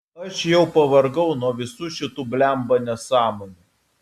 aš jau pavargau nuo visų šitų blemba nesąmonių